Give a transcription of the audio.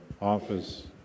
office